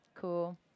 cool